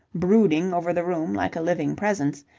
brooding over the room like a living presence,